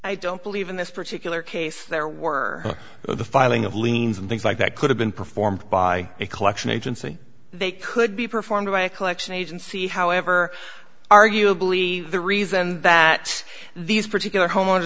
i don't believe in this particular case there were the filing of liens and things like that could have been performed by a collection agency they could be performed by a collection agency however arguably the reason that these particular homeowners